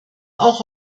auch